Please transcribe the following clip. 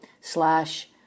slash